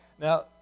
Now